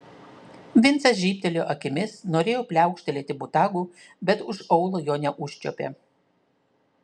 vincas žybtelėjo akimis norėjo pliaukštelėti botagu bet už aulo jo neužčiuopė